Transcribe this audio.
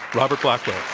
robert blackwill.